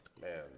Man